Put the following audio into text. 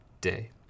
day